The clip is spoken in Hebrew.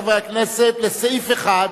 רחל אדטו, יוחנן פלסנר,